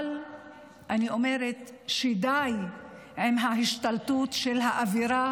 אבל אני אומרת: די עם ההשתלטות של האווירה